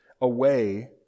away